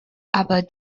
aber